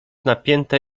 napięte